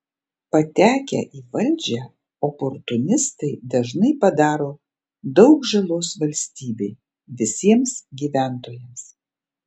patekę į valdžią oportunistai dažnai padaro daug žalos valstybei visiems gyventojams